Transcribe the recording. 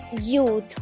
youth